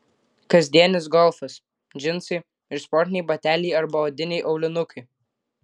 kasdienis golfas džinsai ir sportiniai bateliai arba odiniai aulinukai